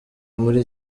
muri